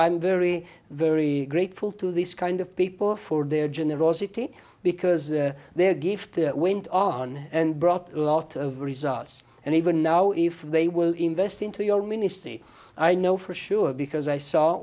am very very grateful to this kind of people for their generosity because their gift went on and brought a lot of results and even now if they will invest into your ministry i know for sure because i saw